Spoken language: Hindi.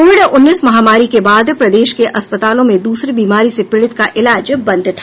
कोविड उन्नीस महामारी के बाद प्रदेश के अस्पतालों में दूसरी बीमारी से पीड़ित का इलाज बंद था